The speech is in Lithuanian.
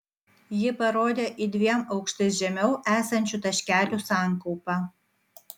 ji parodė į dviem aukštais žemiau esančių taškelių sankaupą